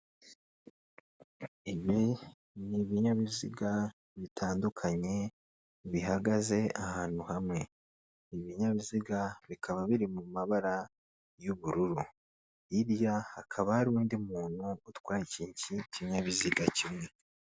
Ibi ni ibinyabiziga bitandukanye bihagaze ahantu hamwe, ibi ibinyabiziga bikaba biri mu mabara y'ubururu, hirya hakaba hari undi muntu utwaye ikindi kinyabiziga kimwe.